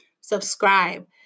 subscribe